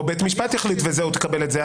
או בית משפט יחליט וזהו, תקבל את זה.